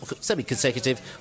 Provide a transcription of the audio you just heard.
semi-consecutive